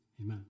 Amen